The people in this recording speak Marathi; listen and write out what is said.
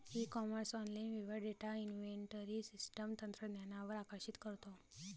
ई कॉमर्स ऑनलाइन व्यवहार डेटा इन्व्हेंटरी सिस्टम तंत्रज्ञानावर आकर्षित करतो